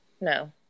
no